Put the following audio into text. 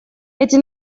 эти